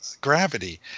gravity